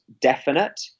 definite